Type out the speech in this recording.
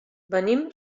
venim